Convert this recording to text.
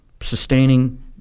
sustaining